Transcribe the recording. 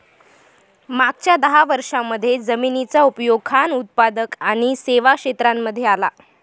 मागच्या दहा वर्षांमध्ये जमिनीचा उपयोग खान उत्पादक आणि सेवा क्षेत्रांमध्ये आला